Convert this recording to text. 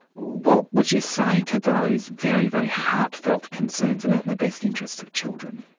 what would you say to those very, very heartfelt concerns about the best interests of children?